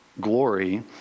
glory